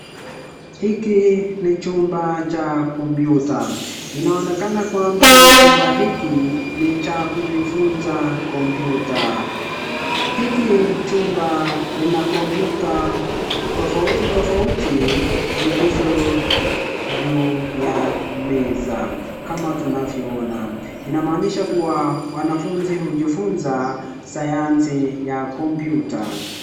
Hiki ni chumba cha computer inaonekana kwamba chumba hiki ni cha kujifunza computer .Hiki chumba lina computer tofauti tofauti zilizo juu ya meza. Kama tunavyona. Inaamanisha kuwa wanafunzi hujifunza sayansi ya computer .